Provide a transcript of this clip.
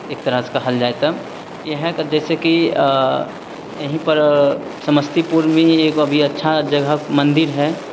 एक तरहसँ कहल जाइ तऽ इएहके जैसेकि यहींपर समस्तीपुर भी एगो अभी अच्छा जगह मन्दिर हइ